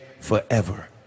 forever